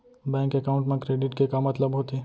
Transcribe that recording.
Bank account मा credit के का मतलब होथे?